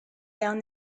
down